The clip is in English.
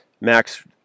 Max